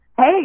hey